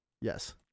Yes